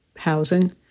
housing